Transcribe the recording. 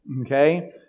okay